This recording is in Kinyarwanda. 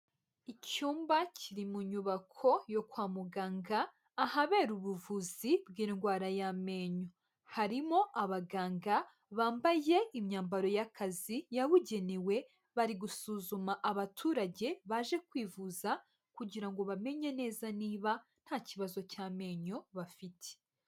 Icyumba kiri mu nyubako yo kwa muganga, ahabera ubuvuzi bw'indwara y'amenyo, harimo abaganga bambaye imyambaro y'akazi yabugenewe, bari gusuzuma abaturage baje kwivuza kugira ngo bamenye neza niba nta kibazo cy'amenyo bafite.